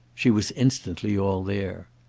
she was instantly all there.